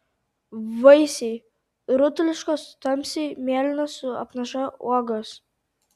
vaisiai rutuliškos tamsiai mėlynos su apnaša uogos